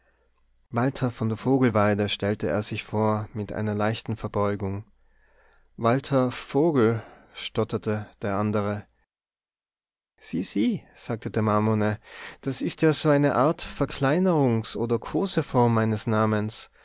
walter von der vogelweide stellte er sich vor mit einer leichten verbeugung walter vogel stotterte der andere sieh sieh sagte der marmorne da ist ja so eine art verkleinerungs oder koseform meines namens